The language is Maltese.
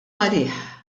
għalih